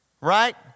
right